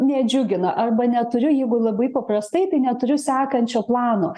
nedžiugina arba neturiu jeigu labai paprastai tai neturiu sekančio plano